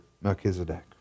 Melchizedek